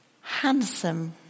handsome